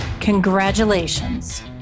Congratulations